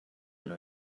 know